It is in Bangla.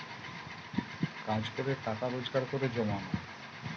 কাজ করে টাকা রোজগার করে জমানো